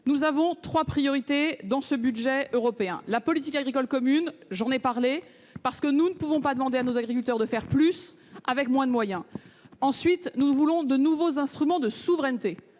Nous avons trois priorités avec ce budget européen. Tout d'abord, la politique agricole commune. Je l'ai dit, nous ne pouvons pas demander à nos agriculteurs de faire plus avec moins de moyens. Ensuite, nous voulons de nouveaux instruments de souveraineté,